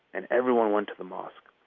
and everyone went to the mosque.